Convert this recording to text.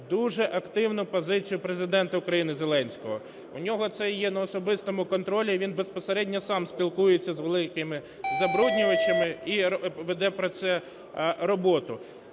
дуже активну позицію Президента України Зеленського. У нього це є на особистому контролі і він безпосередньо сам спілкується з великими забруднювачами і веде про це роботу.